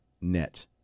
net